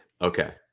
Okay